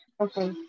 Okay